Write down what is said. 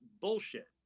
bullshit